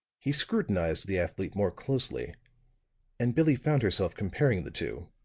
he scrutinized the athlete more closely and billie found herself comparing the two.